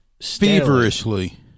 feverishly